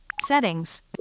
Settings